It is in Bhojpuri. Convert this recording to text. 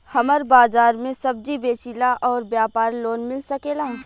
हमर बाजार मे सब्जी बेचिला और व्यापार लोन मिल सकेला?